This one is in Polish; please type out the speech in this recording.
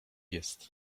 jest